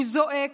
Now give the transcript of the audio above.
הוא זועק,